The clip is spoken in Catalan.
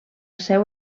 seu